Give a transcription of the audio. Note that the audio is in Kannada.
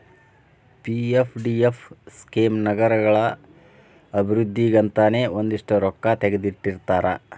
ಪಿ.ಎಫ್.ಡಿ.ಎಫ್ ಸ್ಕೇಮ್ ನಗರಗಳ ಅಭಿವೃದ್ಧಿಗಂತನೇ ಒಂದಷ್ಟ್ ರೊಕ್ಕಾ ತೆಗದಿಟ್ಟಿರ್ತಾರ